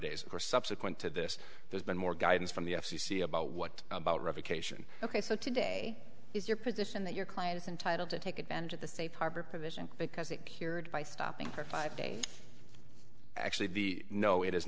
or subsequent to this there's been more guidance from the f c c about what about revocation ok so today is your position that your client is entitled to take advantage of the safe harbor provision because it cured by stopping for five days actually the know it is